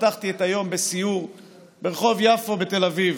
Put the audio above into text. פתחתי בסיור ברחוב יפו בתל אביב.